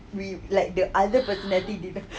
we like the other personality didn't